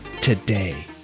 today